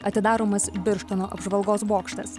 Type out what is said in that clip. atidaromas birštono apžvalgos bokštas